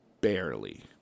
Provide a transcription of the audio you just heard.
barely